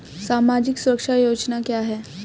सामाजिक सुरक्षा योजना क्या है?